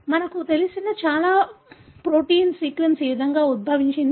మనకు తెలిసిన చాలా ప్రోటీన్ సీక్వెన్స్ ఈ విధంగా ఉద్భవించింది